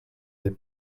les